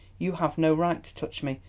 you have no right to touch me.